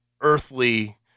earthly